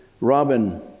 Robin